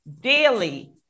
Daily